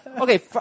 okay